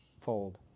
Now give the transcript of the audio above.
fold